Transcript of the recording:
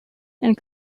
and